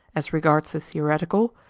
as regards the theoretical,